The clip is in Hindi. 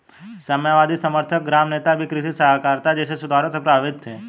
साम्यवादी समर्थक ग्राम नेता भी कृषि सहकारिता जैसे सुधारों से प्रभावित थे